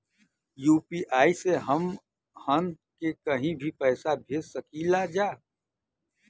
UPI से हमहन के कहीं भी पैसा भेज सकीला जा?